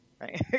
right